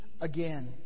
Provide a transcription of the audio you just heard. again